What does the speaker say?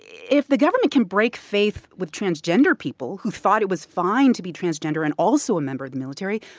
if the government can break faith with transgender people who thought it was fine to be transgender and also a member of the military,